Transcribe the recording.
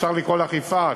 אפשר לקרוא לך יפעת,